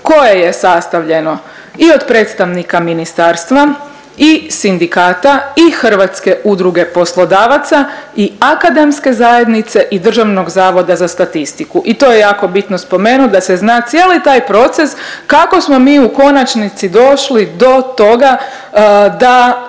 koje je sastavljeno i od predstavnici ministarstva i sindikata i Hrvatske udruge poslodavaca i akademske zajednice i Državnog zavoda za statistiku i to je jako bitno spomenuti da se zna cijeli taj proces kako smo mi u konačnici došli do toga da